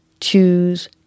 choose